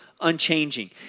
unchanging